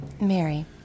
Mary